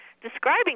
describing